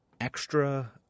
extra